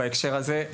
בהקשר הזה,